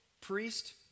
priest